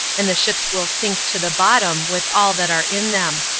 and the ships will sink to the bottom with all that are in them.